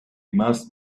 must